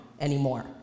anymore